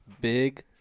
Big